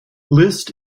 list